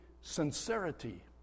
sincerity